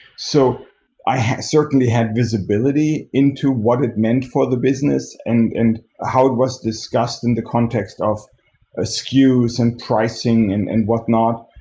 so i certainly had visibility into what it meant for the business and and how it was discussed in the context of ah skus and pricing and and whatnot.